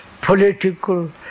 Political